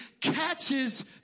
catches